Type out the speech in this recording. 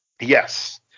Yes